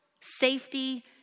safety